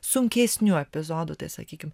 sunkesnių epizodų tai sakykim